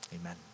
Amen